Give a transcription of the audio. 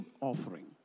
offering